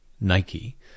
nike